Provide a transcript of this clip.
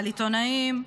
על עיתונאים,